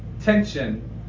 tension